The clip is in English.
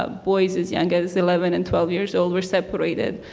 ah boys as young as eleven and twelve years old were separated.